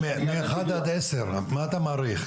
מאחד עד עשר מה אתה מעריך,